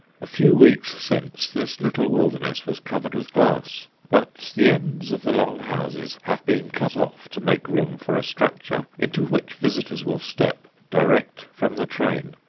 a few weeks since, this little wilderness was covered with glass, but the ends of the long houses have been cut off to make room for a structure into which visitors will step direct from the train.